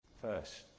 First